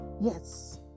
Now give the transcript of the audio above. yes